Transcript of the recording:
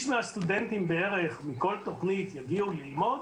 מהסטודנטים בערך מכל תוכנית יגיעו ללמוד